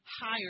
higher